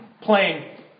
playing